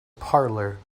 parlour